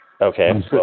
Okay